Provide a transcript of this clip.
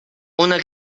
una